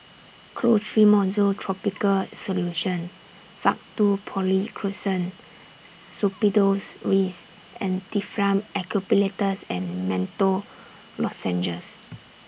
Clotrimozole Topical Solution Faktu Policresulen Suppositories and Difflam Eucalyptus and Menthol Lozenges